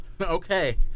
okay